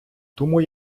тому